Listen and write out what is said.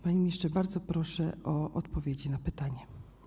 Panie ministrze, bardzo proszę o odpowiedzi na pytania.